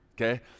okay